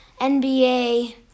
NBA